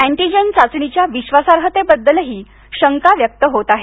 antigen चाचणीच्या विश्वासार्हतेबद्दलही शंका व्यक्त होत आहेत